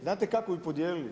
Znate kako bi podijelili?